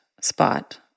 spot